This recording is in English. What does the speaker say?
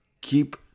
keep